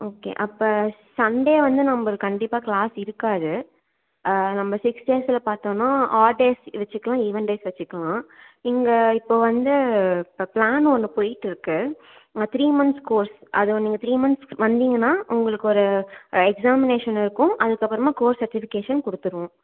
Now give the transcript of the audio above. okay அப்போ Sunday வந்து நம்மளுக்கு கண்டிப்பாக கிளாஸ் இருக்காது நம்ம சிக்ஸ் டேஸ்ஸில் பார்த்தோம்னா ஆட் டேஸ் வச்சுக்கலாம் ஈவென் டேஸ் வச்சுக்கலாம் நீங்கள் இப்போ வந்து இப்போ பிளான் ஒன்று போயிட்டு இருக்கு த்ரீ மந்த்ஸ் கோர்ஸ் அது நீங்கள் இப்போ த்ரீ மந்த்ஸ் வந்திங்கன்னா உங்களுக்கு ஒரு எக்ஸாமினேஷன் இருக்கும் அதுக்கப்பறமாக கோர்ஸ் செர்டிஃபிகேஷன் கொடுத்துருவோம்